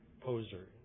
poser